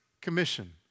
commission